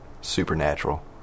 supernatural